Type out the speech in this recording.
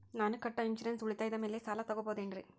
ನಾನು ಕಟ್ಟೊ ಇನ್ಸೂರೆನ್ಸ್ ಉಳಿತಾಯದ ಮೇಲೆ ಸಾಲ ತಗೋಬಹುದೇನ್ರಿ?